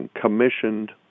commissioned